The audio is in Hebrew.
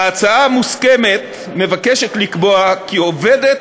ההצעה המוסכמת מבקשת לקבוע כי עובדת